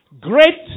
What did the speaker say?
Great